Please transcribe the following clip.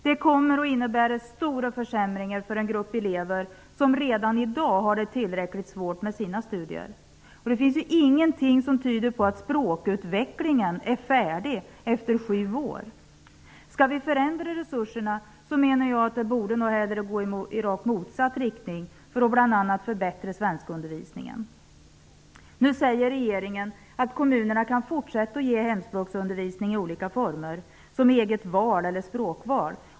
Detta kommer att innebära stora försämringar för en grupp elever som redan i dag har det tillräckligt svårt med sina studier. Ingenting tyder på att språkutvecklingen är färdig efter sju år. Om vi skall förändra resurserna menar jag att det borde ske i rakt motsatt riktning, dvs. för att bl.a. förbättra svenskundervisningen. Nu säger regeringen att kommunerna kan fortsätta med att ge hemspråksundervisning i olika former, som eget val eller språkval.